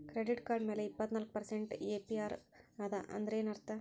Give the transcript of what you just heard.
Credit card ಮ್ಯಾಲೆ ಇಪ್ಪತ್ನಾಲ್ಕ್ percent APR ಅದ ಅಂದ್ರೇನ್ ಅರ್ಥ?